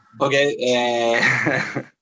Okay